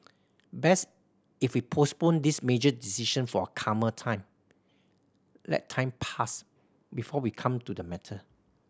best if we postponed this major decision for a calmer time let time pass before we come to the matter